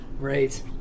right